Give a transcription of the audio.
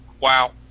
Wow